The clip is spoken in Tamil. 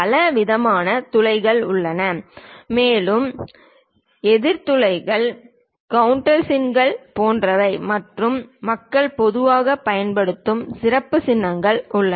பலவிதமான துளைகள் உள்ளன மேலும் எதிர் துளைகள் கவுண்டர்சின்கள் போன்றவை மற்றும் மக்கள் பொதுவாக பயன்படுத்தும் சிறப்பு சின்னங்கள் உள்ளன